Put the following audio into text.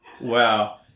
Wow